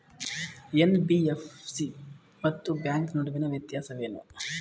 NBFC ಮತ್ತು bank ನಡುವಿನ ವ್ಯತ್ಯಾಸವೇನು?